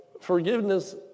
forgiveness